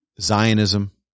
Zionism